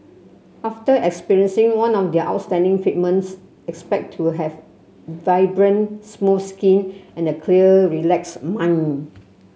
after experiencing one of their outstanding treatments expect to have vibrant smooth skin and a clear relaxed mind